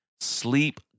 sleep